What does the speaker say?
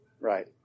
Right